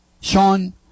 Sean